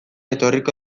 etorriko